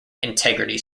integrity